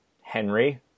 Henry